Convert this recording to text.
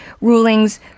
rulings